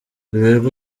ruberwa